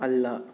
ಅಲ್ಲ